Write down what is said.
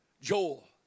Joel